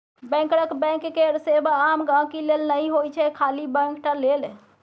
बैंकरक बैंक केर सेबा आम गांहिकी लेल नहि होइ छै खाली बैंक टा लेल